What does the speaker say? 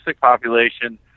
population